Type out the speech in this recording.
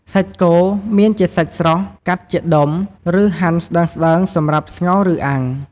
សាច់គោ មានជាសាច់ស្រស់ កាត់ជាដុំ ឬហាន់ស្តើងៗសម្រាប់ស្ងោរ ឬអាំង។